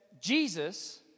Jesus